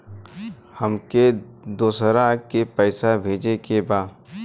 हमके दोसरा के पैसा भेजे के बा?